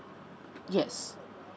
yes